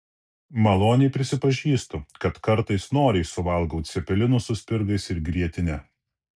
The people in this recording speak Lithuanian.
maloniai prisipažįstu kad kartais noriai suvalgau cepelinų su spirgais ir grietine